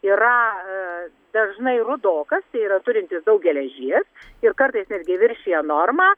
yra dažnai rudokas tai yra turintis daug geležies ir kartais netgi viršija normą